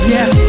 Yes